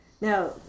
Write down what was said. Now